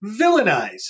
villainize